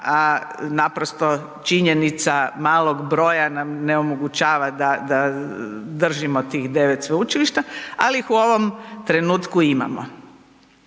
a naprosto činjenica malog broja nam ne omogućava da, da držimo tih 9 sveučilišta, ali ih u ovom trenutku imamo.